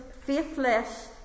faithless